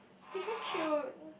they very cute